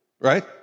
right